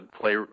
play